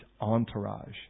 entourage